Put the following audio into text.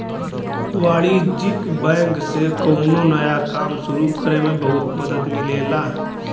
वाणिज्यिक बैंक से कौनो नया काम सुरु करे में बहुत मदद मिलेला